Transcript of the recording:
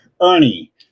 Ernie